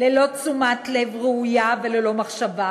ללא תשומת לב ראויה וללא מחשבה,